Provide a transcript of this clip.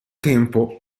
tempo